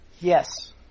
Yes